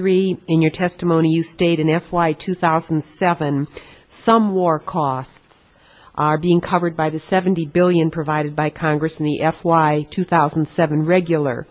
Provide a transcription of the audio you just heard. three in your testimony you state in f y two thousand and seven some war costs are being covered by the seventy billion provided by congress in the f y two thousand and seven regular